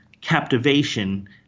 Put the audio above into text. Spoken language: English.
captivation